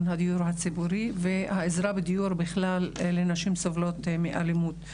הציבורי והעזרה לדיור בכלל לנשים שסובלות מאלימות.